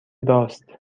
راست